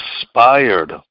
inspired